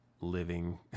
living